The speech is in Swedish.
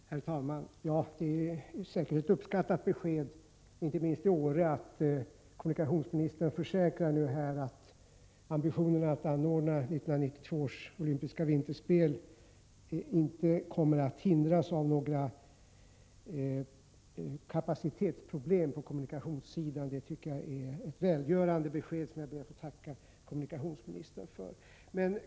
Herr talman! Det är säkert ett uppskattat besked, inte minst i Åre, som kommunikationsministern ger när han nu försäkrar att ambitionen att anordna 1992 års olympiska vinterspel inte kommer att hindras av några kapacitetsproblem på kommunikationssidan. Det är ett välgörande besked, som jag ber att få tacka kommunikationsministern för.